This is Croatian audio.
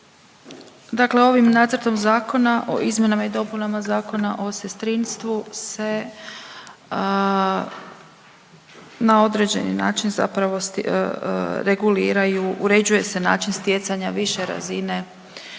Dakle, ovim nacrtom zakona o izmjenama i dopunama Zakona o sestrinstvu se na određeni način zapravo reguliraju, uređuje se način stjecanja više razine obrazovanja